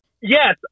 yes